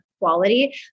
quality